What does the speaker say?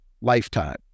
lifetime